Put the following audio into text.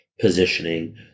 positioning